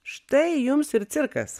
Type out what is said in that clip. štai jums ir cirkas